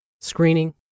screening